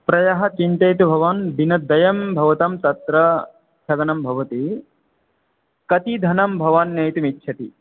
प्रयः चिन्तयतु भवान् दिनद्वयं भवतां तत्र स्थगनं भवति कति धनं भवान् नेतुमच्छति